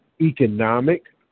economic